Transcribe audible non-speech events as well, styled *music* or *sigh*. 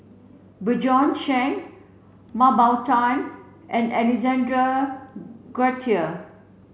Bjorn Shen Mah Bow Tan and Alexander *unintelligible* Guthrie